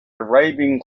arabian